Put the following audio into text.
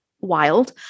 wild